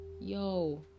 Yo